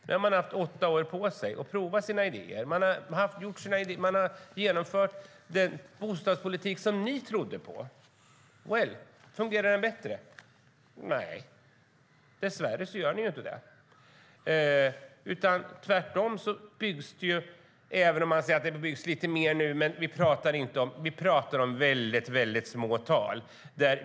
Nu har man haft åtta år på sig att prova sina idéer. Alliansen har genomfört den bostadspolitik som de trodde på. Fungerar den bättre? Nej, dess värre gör den inte det. Även om man säger att det nu byggs lite mer talar vi om väldigt, väldigt små mängder.